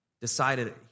decided